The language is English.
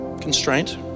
constraint